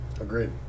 agreed